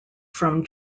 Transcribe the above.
from